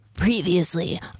Previously